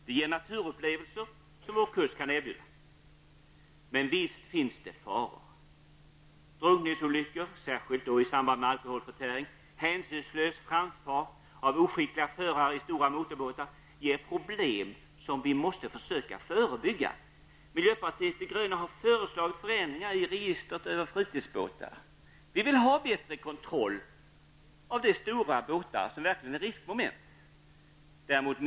Det ger naturupplevelser som vår kust kan erbjuda. Men visst finns det faror. Drunkningsolyckor, särskilt i samband med alkoholförtäring, hänsynslös framfart av oskickliga förare i stora motorbåtar ger problem som vi måste försöka förebygga. Miljöpartiet de gröna har föreslagit förändringar i registret över fritidsbåtar. Vi vill ha bättre kontroll av de stora båtar som verkligen är riskmoment.